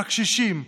הקשישים,